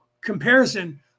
comparison